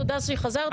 תודה שחזרת.